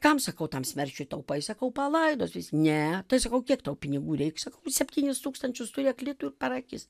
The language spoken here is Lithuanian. kam sakau tam smerčiui taupai sakau palaidos ne tai sakau kiek tau pinigų reiks septynis tūkstančius turėk litų ir per akis